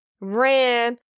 ran